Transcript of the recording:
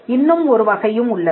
இன்னும் ஒரு வகையும் உள்ளது